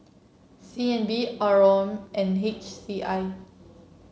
C N B R O M and H C I